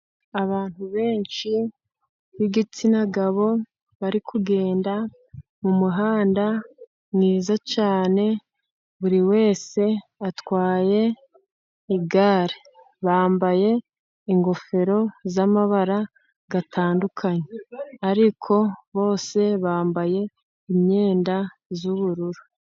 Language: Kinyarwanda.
Abantu benshi b'igitsina gabo bari kugenda mumuhanda mwiza cyane buri wese atwaye igare, bambaye ingofero z'amabara atandukanye, ariko bose bambaye imyenda y'ubururu.